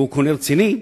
והוא קונה רציני,